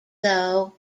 though